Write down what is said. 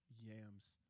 yams